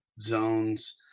zones